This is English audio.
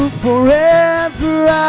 forever